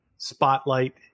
Spotlight